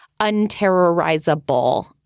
unterrorizable